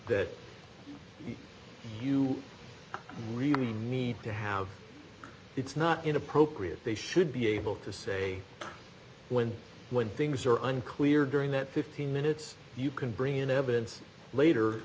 that you really need to have it's not inappropriate they should be able to say when when things are unclear during that fifteen minutes you can bring in evidence later